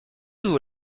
vous